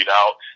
out